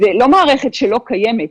זו לא מערכת שלא קיימת,